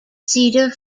cedar